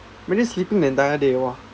really sleeping the entire day !wah!